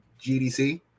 gdc